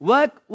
Work